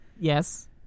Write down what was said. yes